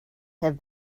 have